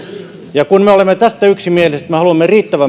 ja kun me olemme tästä yksimielisiä että me haluamme riittävän